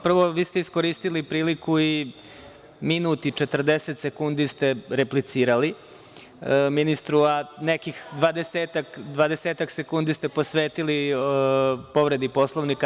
Prvo, vi ste iskoristili priliku i minut i 47 sekundi ste replicira ministru, a nekih dvadesetak sekundi ste posvetili povredi Poslovnika.